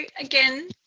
again